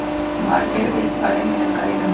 Mortgage के बारे में जानकारी देहु?